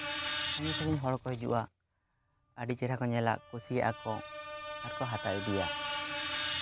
ᱥᱟᱺᱜᱤᱧ ᱥᱟᱺᱜᱤᱧ ᱦᱚᱲ ᱠᱚ ᱦᱤᱡᱩᱜᱼᱟ ᱟᱹᱰᱤ ᱪᱮᱦᱨᱟ ᱠᱚ ᱧᱮᱞᱟ ᱠᱩᱥᱤᱭᱟᱜᱼᱟ ᱠᱚ ᱟᱨ ᱠᱚ ᱦᱟᱛᱟᱣ ᱤᱫᱤᱭᱟ